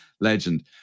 legend